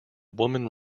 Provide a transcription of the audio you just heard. woman